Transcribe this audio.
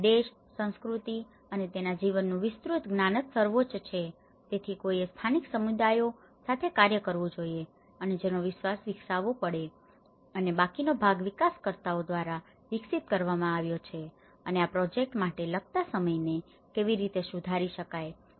અને દેશ સંસ્કૃતિ અને તેના જીવનનું વિસ્તૃત જ્ઞાન જ સર્વોચ્ચ છે તેથી કોઈએ સ્થાનિક સમુદાયો સાથે કાર્ય કરવું જોઈએ અને જેનો વિશ્વાસ વિકસાવવો પડે છે અને બાકીનો ભાગ વિકાસકર્તાઓ દ્વારા વિકસિત કરવામાં આવ્યો છે અને આ પ્રોજેક્ટ માટે લગતા સમયને કેવી રીતે સુધારી શકાય છે